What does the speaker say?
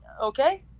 okay